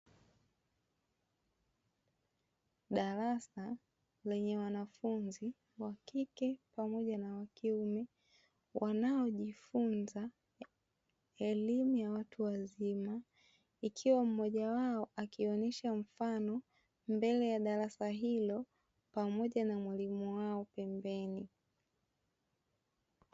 Darasa lenye wanafunzi wakike pamoja na wakiume wanaojifunza elimu ya watu wazima, ikiwa mmoja wao akionyesha mfano mbele ya darasa hilo, pamoja na mwalimu wao pembeni.